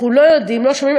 אנחנו לא יודעים ולא שומעים.